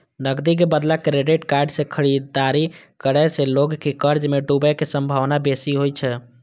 नकदी के बदला क्रेडिट कार्ड सं खरीदारी करै सं लोग के कर्ज मे डूबै के संभावना बेसी होइ छै